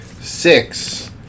six